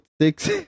six